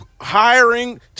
hiring –